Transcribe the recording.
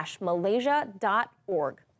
malaysia.org